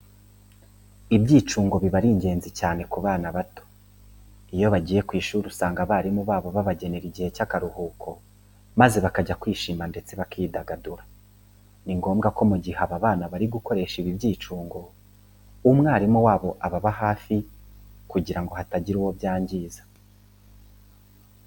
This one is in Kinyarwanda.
Ibyicungo biba ari ingenzi cyane ku bana bakiri bato. Iyo bagiye ku ishuri usanga abarimu babo babagenera igihe cy'akaruhuko maze bakajya kwishima ndetse bakidagadura. Ni ngombwa ko mu gihe aba bana bari gukoresha ibi byicungo umwarimu wabo ababa hafi kugira ngo hatagira uwo byangiza.